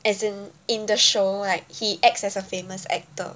as in in the show like he acts as a famous actor